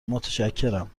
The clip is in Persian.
متشکرم